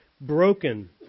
broken